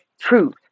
truth